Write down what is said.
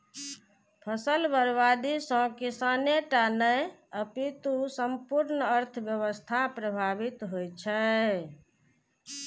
फसल बर्बादी सं किसाने टा नहि, अपितु संपूर्ण अर्थव्यवस्था प्रभावित होइ छै